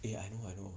eh I know I know